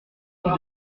plis